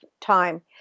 time